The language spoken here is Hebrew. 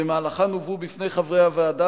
ובמהלכן הובאו בפני חברי הוועדה,